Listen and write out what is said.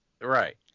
Right